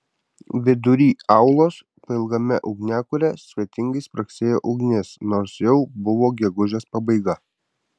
vidury aulos pailgame ugniakure svetingai spragsėjo ugnis nors jau buvo gegužės pabaiga